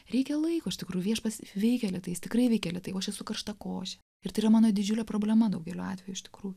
reikia laiko iš tikrųjų viešpats veikia lėtai jis tikrai veikė lėtai o aš esu karštakošė ir tai yra mano didžiulė problema daugeliu atveju iš tikrų